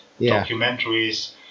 documentaries